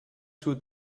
two